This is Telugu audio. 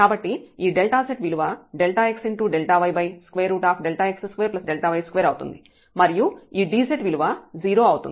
కాబట్టి ఈ z విలువ ΔxΔyΔx2Δy2 అవుతుంది మరియు ఈ dz విలువ 0 అవుతుంది